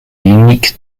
unique